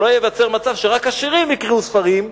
שלא ייווצר מצב שרק העשירים יקראו ספרים,